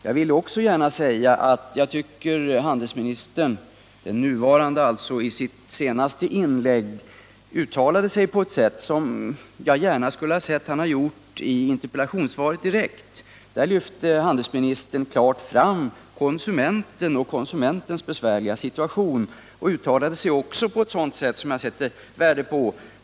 Jag vill också gärna säga att jag tycker att handelsministern —den nuvarande —i sitt senaste inlägg uttalade sig på ett sätt som jag gärna hört honom göra direkt i interpellationssvaret. Handelsministern lyfte klart fram konsumenten och konsumentens besvärliga situation och uttalade sig på ett sätt som jag sätter värde på.